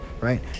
right